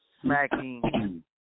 smacking